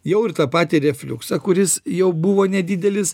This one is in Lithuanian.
jau ir tą patį refliuksą kuris jau buvo nedidelis